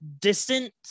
distant